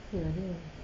tu lah dia